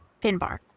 Finbar